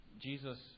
Jesus